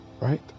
Right